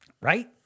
Right